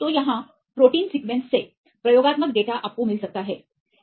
तो यहाँ प्रोटीन सीक्वेंससे मुझे प्रयोगात्मक डेटाआपको प्रोटीन सीक्वेंस मिल सकता है